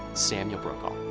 samuel brokaw.